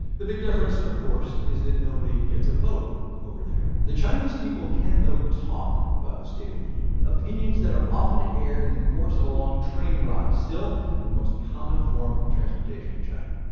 the big difference, of course, is that nobody gets a vote over there. the chinese can, though, talk about the state of the union opinions that are often aired in the course of a long train ride, still the most common form of transportation in china.